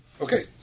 Okay